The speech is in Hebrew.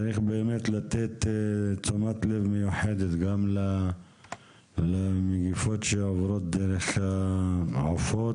צריך באמת לתת תשומת לב מיוחדת גם למגיפות שעוברות דרך העופות,